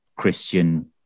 Christian